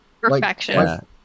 Perfection